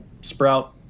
sprout